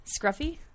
scruffy